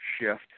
shift